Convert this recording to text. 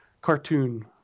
cartoon